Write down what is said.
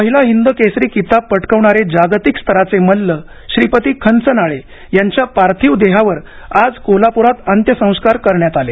पहिला हिंद केसरी किताब पटकवणारे जागतिक स्तराचे मल्ल श्रीपती खंचनाळे यांच्या पार्थिव देहावर आज सकाळी अंत्यसंस्कार करण्यात आले